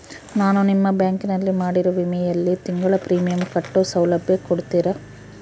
ನಾನು ನಿಮ್ಮ ಬ್ಯಾಂಕಿನಲ್ಲಿ ಮಾಡಿರೋ ವಿಮೆಯಲ್ಲಿ ತಿಂಗಳ ಪ್ರೇಮಿಯಂ ಕಟ್ಟೋ ಸೌಲಭ್ಯ ಕೊಡ್ತೇರಾ?